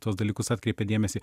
tuos dalykus atkreipia dėmesį